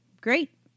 great